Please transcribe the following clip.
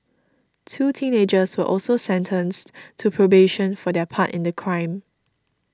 two teenagers were also sentenced to probation for their part in the crime